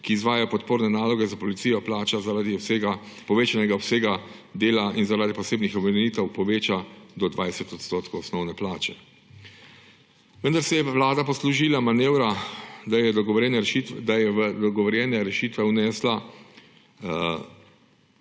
ki izvajajo podporne naloge za policijo, plača zaradi povečanega obsega dela in zaradi posebnih obremenitev poveča do 20 % osnovne plače. Vendar se je vlada poslužila manevra, da je v dogovorjene rešitve vnesla